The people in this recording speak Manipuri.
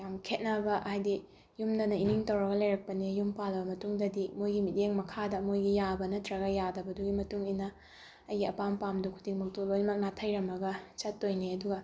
ꯌꯥꯝ ꯈꯦꯠꯅꯕ ꯍꯥꯏꯗꯤ ꯌꯨꯝꯗꯅ ꯏꯅꯤꯡ ꯇꯧꯔꯒ ꯂꯩꯔꯛꯄꯅꯦ ꯌꯨꯝ ꯄꯥꯜꯂꯕ ꯃꯇꯨꯡꯗꯗꯤ ꯃꯣꯏꯒꯤ ꯃꯤꯠꯌꯦꯡ ꯃꯈꯥꯗ ꯃꯣꯏꯒꯤ ꯌꯥꯕ ꯅꯠꯇ꯭ꯔꯒ ꯌꯥꯗꯕꯗꯨꯒꯤ ꯃꯇꯨꯡꯏꯟꯅ ꯑꯩꯒꯤ ꯑꯄꯥꯝ ꯄꯥꯝꯗ ꯈꯨꯗꯤꯡꯃꯛꯇꯣ ꯂꯣꯏꯃꯛ ꯅꯥꯊꯩꯔꯝꯃꯒ ꯆꯠꯇꯣꯏꯅꯤ ꯑꯗꯨꯒ